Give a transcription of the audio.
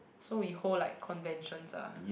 so we hold like conventions ah